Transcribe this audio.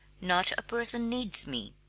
not a person needs me.